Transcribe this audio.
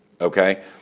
okay